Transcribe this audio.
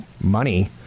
money